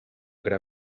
gra